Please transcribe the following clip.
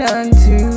unto